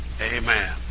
amen